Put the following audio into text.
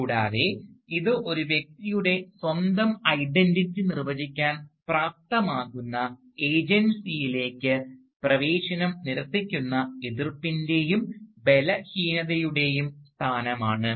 കൂടാതെ ഇത് ഒരു വ്യക്തിയുടെ സ്വന്തം ഐഡന്റിറ്റി നിർവചിക്കാൻ പ്രാപ്തമാക്കുന്ന ഏജൻസിയിലേക്ക് പ്രവേശനം നിരസിക്കുന്ന എതിർപ്പിൻറെയും ബലഹീനതയുടെയും സ്ഥാനമാണ്